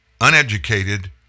uneducated